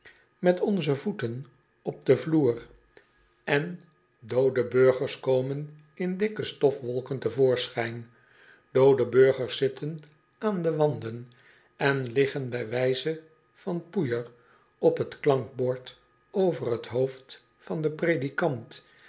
met onze voeten op den vloer en doode burgers komen in dikke stofwolken te voorschijn doode burgers zitten aan de wanden en liggen bij wijze van poeier op t klankbord over t hoofd van den predikant